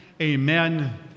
amen